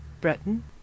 Breton